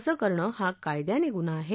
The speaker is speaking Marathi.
असं करणं हा कायद्यानं गुन्हा आहे